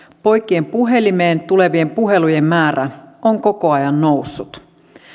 poikien puhelimeen tulevien puhelujen määrä on koko ajan noussut